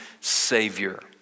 savior